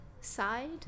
side